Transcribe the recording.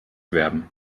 werben